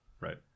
Right